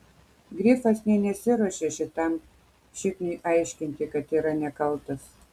grifas nė nesiruošė šitam šikniui aiškinti kad yra nekaltas